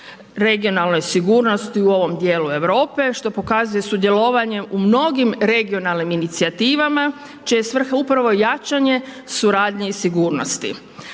regionalnoj sigurnosti u ovom dijelu Europe što pokazuje sudjelovanje u mnogim regionalnim inicijativama, čija je svrha upravo jačanje suradnje i sigurnosti.